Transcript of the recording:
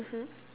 mmhmm